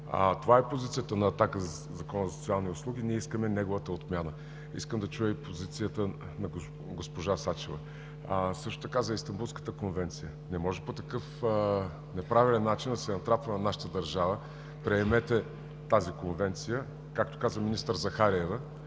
Това е позицията на „Атака“ по Закона за социалните услуги – ние искаме неговата отмяна. Искам да чуя и позицията на госпожа Сачева. Същото така за Истанбулската конвенция. Не може по такъв неправилен начин да се натрапва на нашата държава: „Приемете тази конвенция – както каза министър Захариева